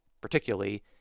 particularly